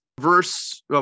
verse